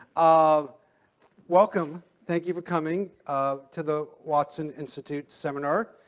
um welcome. thank you for coming um to the watson institute seminar.